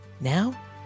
Now